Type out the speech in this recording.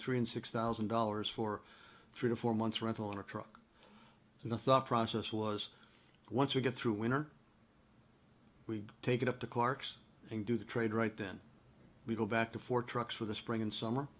three and six thousand dollars for three to four months rental on a truck and the thought process was once you get through winter we take it up to quarks and do the trade right then we go back to four trucks for the spring and summer